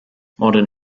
modern